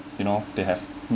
you know they have